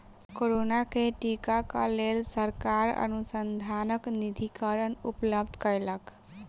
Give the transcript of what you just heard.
corona के टीका क लेल सरकार अनुसन्धान निधिकरण उपलब्ध कयलक